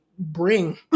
Bring